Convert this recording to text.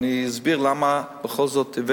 ואני אסביר למה בכל זאת אני